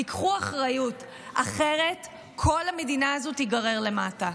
תיקחו אחריות, אחרת כל המדינה הזאת תיגרר למטה.